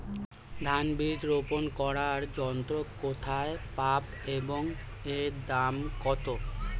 ধান বীজ রোপন করার যন্ত্র কোথায় পাব এবং এর দাম কত?